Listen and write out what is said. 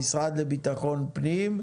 המשרד לביטחון פנים,